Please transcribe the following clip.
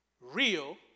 real